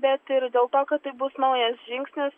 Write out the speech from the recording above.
bet ir dėl to kad tai bus naujas žingsnis